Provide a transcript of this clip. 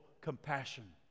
compassion